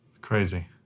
Crazy